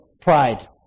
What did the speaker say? Pride